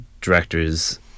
directors